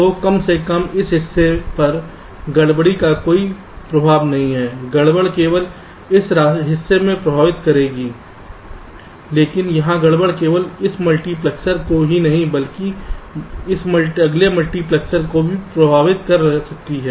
तो कम से कम इस हिस्से पर गड़बड़ का कोई प्रभाव नहीं है गड़बड़ केवल इस हिस्से को प्रभावित करेगी लेकिन यहां गड़बड़ केवल इसमल्टीप्लेक्सर को ही नहीं अगले मल्टीप्लेक्सर को भी प्रभावित कर सकती है